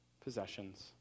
possessions